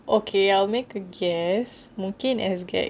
okay I'll make a guess mungkin SGAG